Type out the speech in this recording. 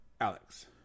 Alex